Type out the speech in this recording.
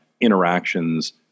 interactions